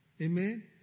Amen